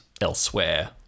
elsewhere